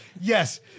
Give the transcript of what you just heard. Yes